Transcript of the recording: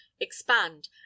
expand